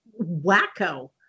wacko